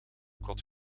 kot